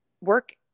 work